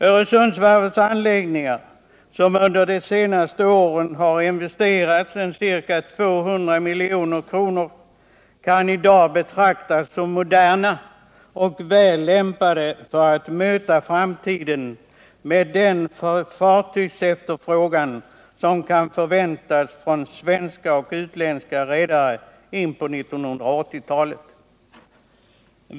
Öresundsvarvets anläggningar, där man under de senaste åren investerat ca 200 milj.kr., kan i dag betraktas som moderna och väl lämpade för att möta framtiden med den fartygsefterfrågan som kan förväntas från svenska och utländska redare in på 1980-talet.